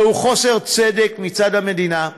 זהו חוסר צדק מצד המדינה,